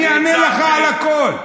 אני אענה לך על הכול.